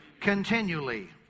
continually